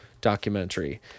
documentary